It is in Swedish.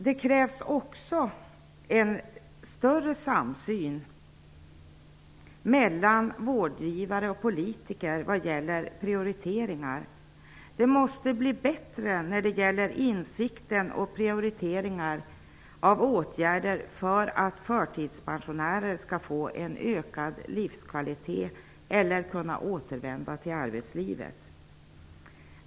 Det krävs också en större samsyn mellan vårdgivare och politiker vad gäller prioriteringar. Det måste bli bättre när det gäller insikter och prioriteringar av åtgärder för att förtidspensionärer skall få en ökad livskvalitet eller kunna återvända till arbetslivet.